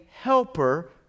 helper